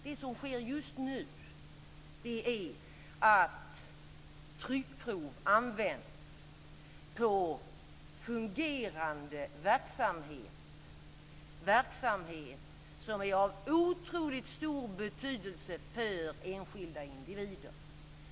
Det som sker just nu är att tryckprov används på fungerande verksamhet, verksamhet som är av otroligt stor betydelse för enskilda individer.